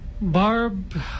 Barb